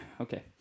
Okay